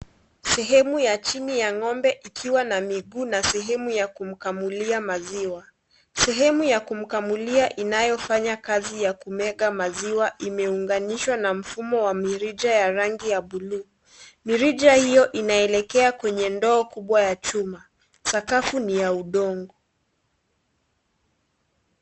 Sehemu ya chini ya ya ng'ombe ikiwa na mguu na sehemu ya kumkamulia maziwa .Sehemu ya kumkamulia inayo Fanya kazi ya kumega maziwa imeunganishwa na mfumo wa mrija wa rangi ya buluu. Mirija hiyo inaelekea kwenye ndoo kubwa ya chuma. Sakafu ni ya udongo.